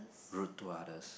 rude to others